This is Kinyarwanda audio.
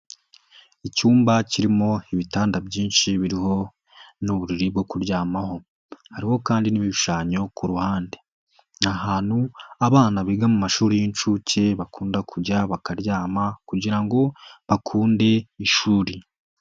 Icyumba kirimo ibitanda byinshi biriho n'uburiri bwo kuryamaho, hariho kandi n'ibishushanyo ku ruhande, ni ahantu abana biga mu mashuri y'inshuke bakunda kujya bakaryama kugira ngo bakunde ishuri.